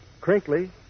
crinkly